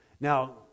now